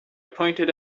pointed